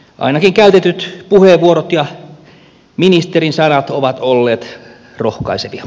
ainakin käytetyt puheenvuorot ja ministerin sanat ovat olleet rohkaisevia